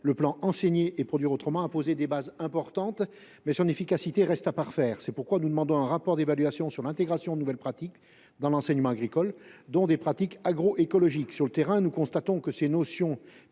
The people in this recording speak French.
le plan « Enseigner à produire autrement » a posé des bases importantes, mais son efficacité reste à parfaire. C’est pourquoi nous demandons un rapport d’évaluation sur l’intégration de nouvelles pratiques dans l’enseignement agricole, dont des pratiques agroécologiques. Sur le terrain, nous constatons que les élèves